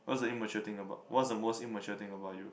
what's the immature thing about what's the most immature thing about you